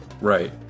right